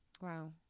Wow